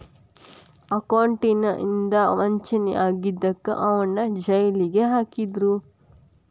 accountant ಇಂದಾ ವಂಚನೆ ಆಗಿದಕ್ಕ ಅವನ್ನ್ ಜೈಲಿಗ್ ಹಾಕಿದ್ರು